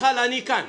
אין, אין.